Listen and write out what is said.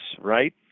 right